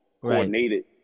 coordinated